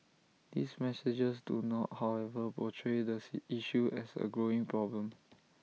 these messages do not however portray the issue as A growing problem